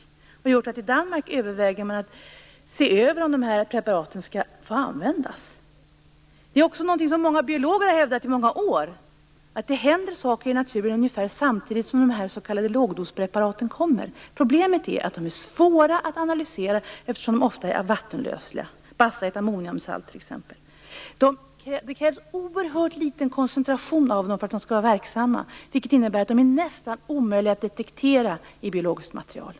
Det har gjort att man där överväger att se över om de här preparaten skall få användas. Det är också någonting som många biologer har hävdat i många år. Det händer saker i naturen ungefär samtidigt som dessa s.k lågdospreparaten kommer. Problemet är att de är svåra att analysera eftersom de ofta vattenlösliga. Basta är t.ex. ett amoniumsalt. Det krävs en oerhört liten koncentration av dem för att de skall vara verksamma, vilket innebär att de är nästan omöjliga att detektera i biologiskt material.